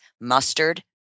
mustard